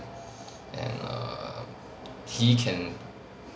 and err he can